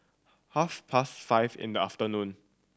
half past five in the afternoon